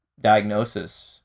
diagnosis